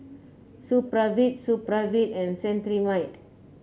Supravit Supravit and Cetrimide